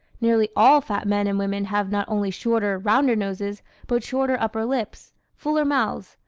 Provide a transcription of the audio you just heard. nearly all fat men and women have not only shorter, rounder noses but shorter upper lips, fuller mouths,